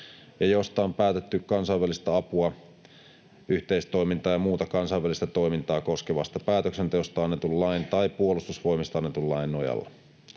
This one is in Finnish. ja josta on päätetty kansainvälistä apua, yhteistoimintaa ja muuta kansainvälistä toimintaa koskevasta päätöksenteosta annetun lain tai puolustusvoimista annetun lain nojalla.